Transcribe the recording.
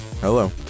Hello